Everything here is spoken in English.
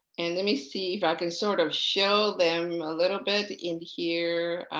and let me see if i can sort of show them a little bit in here.